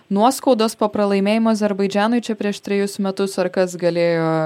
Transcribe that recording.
nuoskaudos po pralaimėjimo azerbaidžanui čia prieš trejus metus ar kas galėjo